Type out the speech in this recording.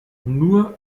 nur